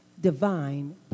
divine